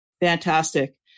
Fantastic